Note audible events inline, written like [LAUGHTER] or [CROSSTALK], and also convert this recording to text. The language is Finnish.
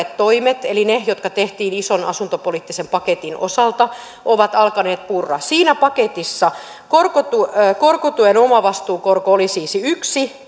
tehdyt toimet eli ne jotka tehtiin ison asuntopoliittisen paketin osalta ovat alkaneet purra siinä paketissa korkotuen korkotuen omavastuukorko oli siis yksi [UNINTELLIGIBLE]